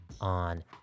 on